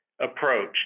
approach